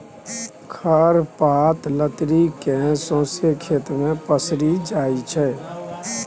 खर पात लतरि केँ सौंसे खेत मे पसरि जाइ छै